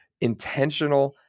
intentional